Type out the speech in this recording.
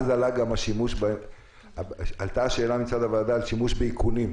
אז עלתה גם השאלה מצד הוועדה על שימוש באיכונים.